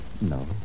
No